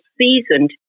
seasoned